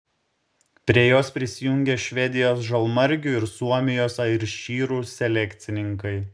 prie jos prisijungė švedijos žalmargių ir suomijos airšyrų selekcininkai